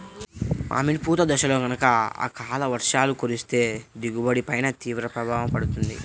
మామిడి పూత దశలో గనక అకాల వర్షాలు కురిస్తే దిగుబడి పైన తీవ్ర ప్రభావం పడుతుంది